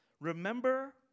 Remember